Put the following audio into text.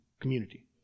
community